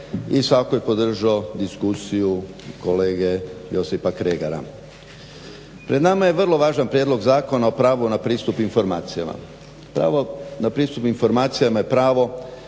i svakako bi podržao diskusiju kolege Josipa Kregara. Pred nama je vrlo važan Prijedlog zakona o pravu na pristup informacijama. Pravo na pristup informacijama je pravo